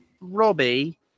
Robbie